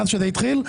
מאז שזה התחיל,